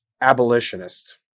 abolitionist